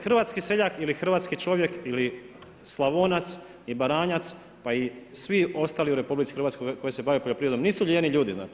Hrvatski seljak ili hrvatski čovjek ili Slavonac i Baranjac pa i svi ostali u RH koji se bave poljoprivredom, nisu lijeni ljudi, znate.